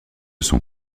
sont